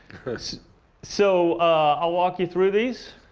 so i'll walk you through these.